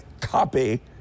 copy